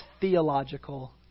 theological